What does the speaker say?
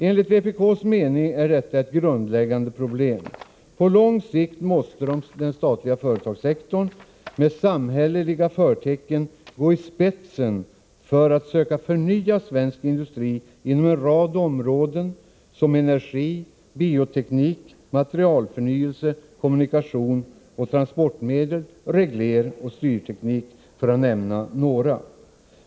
Enligt vpk:s mening är detta ett grundläggande problem. På lång sikt måste den statliga företagssektorn med samhälleliga förtecken gå i spetsen för att söka förnya svensk industri inom en rad områden som energiteknik, bioteknik, materialförnyelse, kommunikation och transportmedel, regleroch styrteknik — för att nämna några.